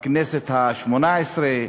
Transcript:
בכנסת השמונה-עשרה,